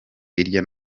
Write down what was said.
hirya